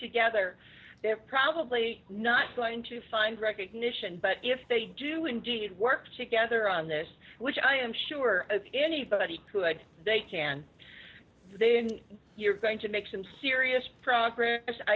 together probably not going to find recognition but if they do indeed work together on this which i am sure anybody could they can then you're going to make some serious progress i